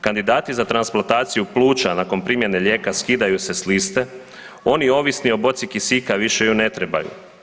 Kandidati za transplantaciju pluća nakon primjene lijeka skidaju se s liste, oni ovisni o boci kisika više ju ne trebaju.